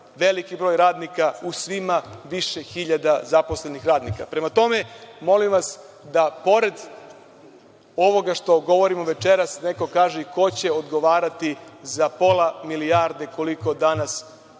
veliki broj radnika u svima više hiljada zaposlenih radnika. Prema tome, molim vas da pored ovoga što govorimo večeras da neko kaže i ko će odgovarati za pola milijarde koliko danas